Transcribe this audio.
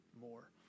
more